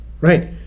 Right